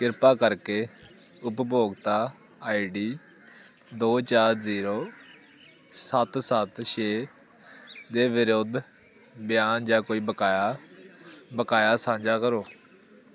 ਕਿਰਪਾ ਕਰਕੇ ਉਪਭੋਗਤਾ ਆਈ ਡੀ ਦੋ ਚਾਰ ਜੀਰੋ ਸੱਤ ਸੱਤ ਛੇ ਦੇ ਵਿਰੁਧ ਬਿਆਨ ਜਾਂ ਕੋਈ ਬਕਾਇਆ ਬਕਾਇਆ ਸਾਂਝਾ ਕਰੋ